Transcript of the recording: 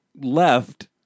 left